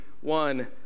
One